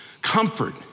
Comfort